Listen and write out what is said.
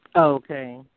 Okay